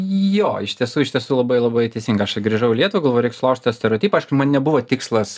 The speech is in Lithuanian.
jo iš tiesų iš tiesų labai labai teisingai aš čia grįžau į lietuvą galvoju reik sulaužyt tą stereotipą aišku man nebuvo tikslas